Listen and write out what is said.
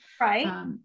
Right